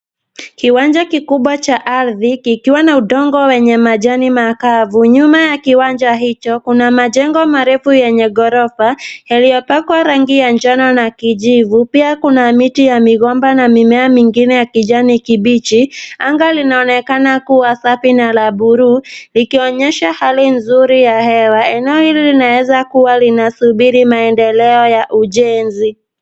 Kiwanja kikubwa cha ardhi likiwa na udongo wenye majani makavu. Nyuma ya kiwanja hicho kuna majengo marefu yeye ghorofa yaliyopakwa rangi ya njano na kijivu. Pia kuna miti ya migomba na mimea mingine ya kijani kibichi. Anga linaonekana kuwa safi na la bluu ikionyesha hali nzuri ya hewa. Eneo hili linaweza kuwa na subira maendeleo ya ujenzi.